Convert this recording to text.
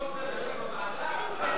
כל זה בשם הוועדה?